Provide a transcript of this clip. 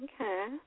Okay